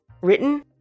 written